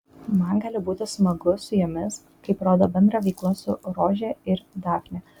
man gali būti smagu su jomis kaip rodo bendra veikla su rože ir dafne